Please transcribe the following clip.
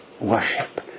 worship